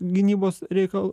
gynybos reikal